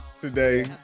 today